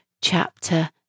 chapter